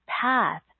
path